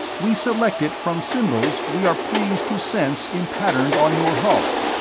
we select it from symbols we are pleased to sense empatterned on your hull.